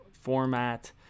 format